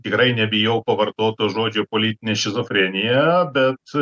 tikrai nebijau pavartot to žodžio politinė šizofrenija bet